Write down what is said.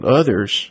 others